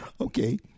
Okay